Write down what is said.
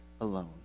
alone